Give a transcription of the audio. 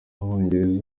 abongereza